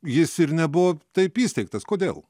jis ir nebuvo taip įsteigtas kodėl